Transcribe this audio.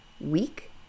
week